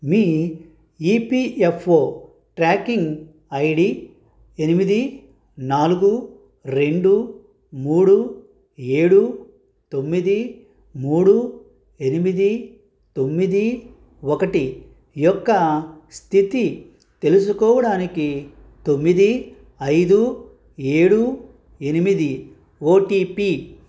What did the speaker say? మీ EPFO tracking ID ఎనిమిది నాలుగు రెండు మూడు ఏడు తొమ్మిది మూడు ఎనిమిది తొమ్మిది ఒకటి యొక్క స్థితి తెలుసుకోవడానికి తొమ్మిది ఐదు ఏడు ఎనిమిది ఓటిపి